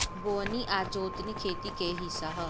बोअनी आ जोतनी खेती के हिस्सा ह